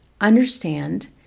Understand